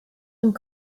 and